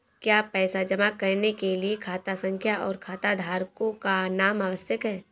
क्या पैसा जमा करने के लिए खाता संख्या और खाताधारकों का नाम आवश्यक है?